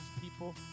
people